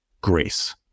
grace